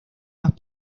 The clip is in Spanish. más